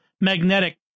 magnetic